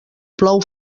plou